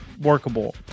workable